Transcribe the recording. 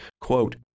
quote